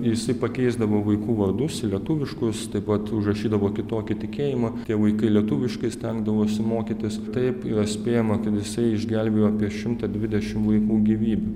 jisai pakeisdavo vaikų vardus į lietuviškus taip pat užrašydavo kitokį tikėjimą tie vaikai lietuviškai stengdavosi mokytis taip juos spėjama kad jisai išgelbėjo apie šimtą dvidešimt vaikų gyvybių